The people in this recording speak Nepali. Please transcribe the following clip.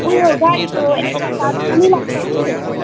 ऊ यो गाडीको एक्सट्रा चार्ज पनि लाग्छ कि